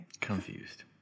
Confused